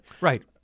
Right